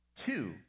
Two